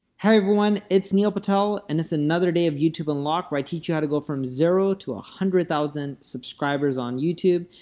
hi everyone, it's neil patel, and it's another day of youtube unlocked, where i teach you how to go from zero to one hundred thousand subscribers on youtube.